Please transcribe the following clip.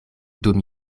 dum